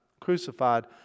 crucified